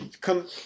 Come